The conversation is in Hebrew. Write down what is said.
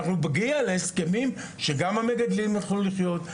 נגיע להסכמים שגם המגדלים יוכלו לחיות איתם.